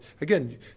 again